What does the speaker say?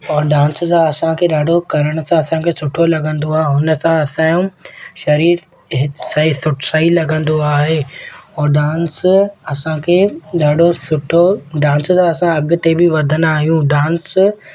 और डांस जा असांखे करण सां असांखे सुठो लॻंदो आहे हुन सां असांजो शरीरु सही सुठो सही लॻंदो आहे और डांस असांखे ॾाढो सुठो डांस सां असां अॻिते बि वधंदा आहियूं डांस